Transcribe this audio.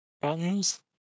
buttons